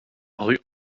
rue